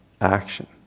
action